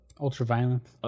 Ultra-violence